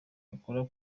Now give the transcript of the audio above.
agakora